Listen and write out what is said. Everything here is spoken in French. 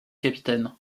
capitaine